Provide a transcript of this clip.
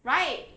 right